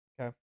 okay